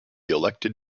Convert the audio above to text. elected